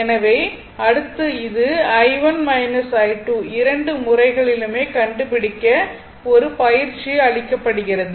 எனவே அடுத்து இது i1 i2 இரண்டு முறைகளிலும் கண்டுபிடிக்க ஒரு பயிற்சி அளிக்கப்படுகிறது